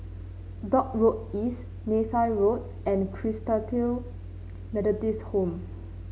Dock Road East Neythal Road and Christalite Methodist Home